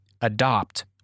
adopt